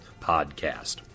Podcast